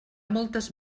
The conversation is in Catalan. moltes